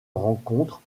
rencontre